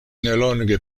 nelonge